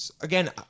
again